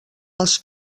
els